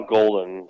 Golden